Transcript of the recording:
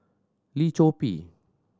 Lim Chor Pee